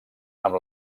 amb